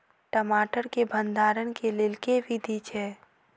टमाटर केँ भण्डारण केँ लेल केँ विधि छैय?